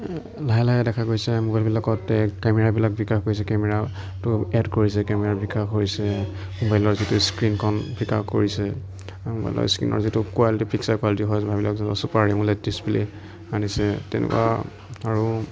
লাহে লাহে দেখা গৈছে মোবাইলবিলাকত কেমেৰাবিলাক বিকাশ গৈছে কেমেৰাটো এড কৰিছে কেমেৰা বিকাশ হৈছে মোবাইলৰ গোটেই স্ক্ৰীণখন বিকাশ কৰিছে আৰু মোবাইলৰ স্ক্ৰীণৰ যিটো quality picture quality super AMOLED display আনিছে তেনেকুৱা আৰু